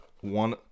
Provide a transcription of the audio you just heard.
one